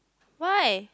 why